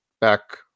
back